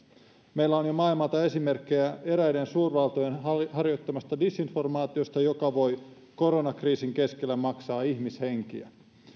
meillä on maailmalta jo esimerkkejä eräiden suurvaltojen harjoittamasta disinformaatiosta joka voi koronakriisin keskellä maksaa ihmishenkiä